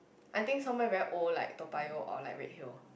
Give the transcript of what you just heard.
I think somewhere very old like Toa-Payoh or like Redhill